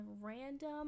random